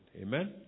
Amen